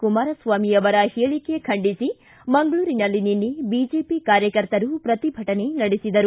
ಕುಮಾರಸ್ವಾಮಿ ಅವರ ಹೇಳಕೆ ಖಂಡಿಸಿ ಮಂಗಳೂರಿನಲ್ಲಿ ನಿನ್ನೆ ಬಿಜೆಪಿ ಕಾರ್ಯಕರ್ತರು ಪ್ರತಿಭಟನೆ ನಡೆಸಿದರು